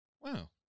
Wow